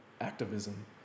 activism